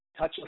touchless